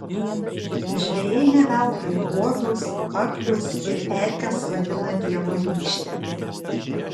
žvejai ne veltui uodus aklius ir erkes vadina dievo rykšte